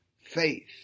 Faith